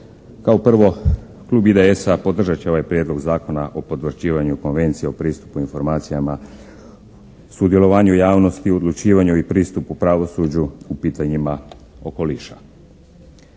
Kao prvo klub IDS-a podržat će ovaj prijedlog Zakona o potvrđivanju konvencije o pristupu informacijama, sudjelovanju javnosti, odlučivanju i pristupu pravosuđu u pitanjima okoliša.